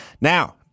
Now